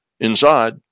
inside